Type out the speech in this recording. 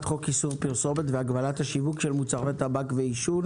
חוק איסור פרסומת והגבלת השיווק של מוצרי טבק ועישון